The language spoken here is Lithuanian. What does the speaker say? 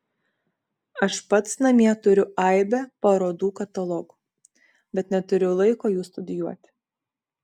aš pats namie turiu aibę parodų katalogų bet neturiu laiko jų studijuoti